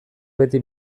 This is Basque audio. beti